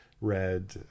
red